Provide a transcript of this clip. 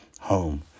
home